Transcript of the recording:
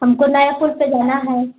हमको नए पुल पे जाना है